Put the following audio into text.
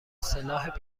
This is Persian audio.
سلاح